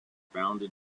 bounded